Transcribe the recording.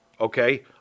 Okay